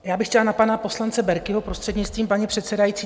Já bych chtěla na pana poslance Berkiho, prostřednictvím paní předsedající.